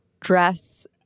dress